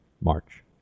March